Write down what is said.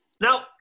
Now